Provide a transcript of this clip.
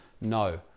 No